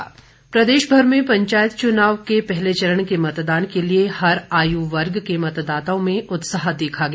मतदान प्रदेशभर में पंचायत चुनाव के पहले चरण के मतदान के लिए हर आयु वर्ग के मतदाताओं में उत्साह देखा गया